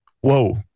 whoa